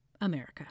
America